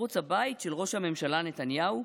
ערוץ הבית של ראש הממשלה נתניהו,